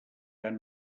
han